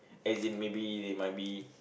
as in maybe they might be